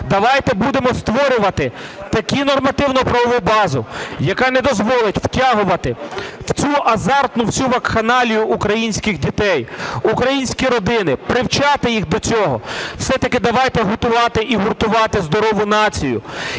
Давайте будемо створювати таку нормативно-правову базу, яка не дозволить втягувати в цю азартну, в цю вакханалію українських дітей, українські родини, привчати їх до цього. Все-таки давайте готувати і гуртувати здорову націю.